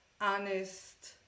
honest